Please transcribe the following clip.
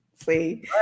See